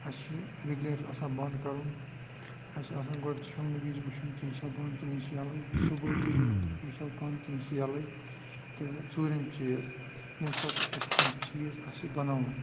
اسہِ چھُ رِگلیٹَر آسان بَنٛد کَرُن اسہِ چھُ آسان گۄڈٕ چھُونہِ وِز وٕچھُن کہِ یہِ چھا بَنٛد کِنہِ یہِ چھُ یلٕے صُبحٲے تہِ ووٚتھ یہِ چھا بَنٛد کِنہٕ یہِ چھ یلٕے تہٕ ژوٗرِم چیٖز ییٚمہِ ساتہِ تہِ اسہِ کانٛہہ چیٖز آسہِ بَناوُن